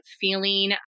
feeling